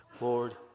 lord